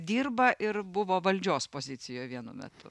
dirba ir buvo valdžios pozicijoj vienu metu